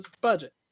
budget